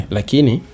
Lakini